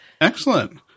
Excellent